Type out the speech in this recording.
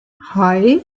hei